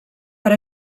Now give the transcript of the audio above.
per